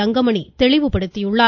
தங்கமணி தெளிவுபடுத்தியுள்ளார்